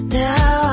now